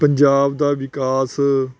ਪੰਜਾਬ ਦਾ ਵਿਕਾਸ